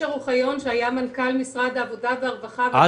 אשר אוחיון שהיה מנכ"ל משרד העבודה והרווחה והביטוח הלאומי.